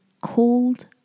called